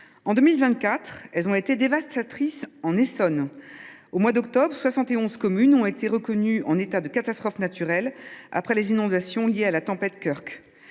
En 2024, elles ont été dévastatrices en Essonne. Ainsi, au mois d’octobre, soixante et onze communes ont été reconnues en état de catastrophe naturelle après les inondations liées à la tempête Kirk.